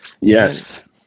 Yes